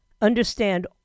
understand